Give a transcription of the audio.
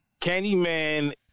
Candyman